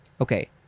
Okay